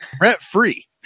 rent-free